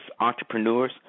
entrepreneurs